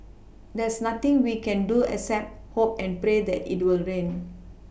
there's nothing we can do except hope and pray it rain